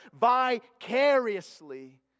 vicariously